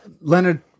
Leonard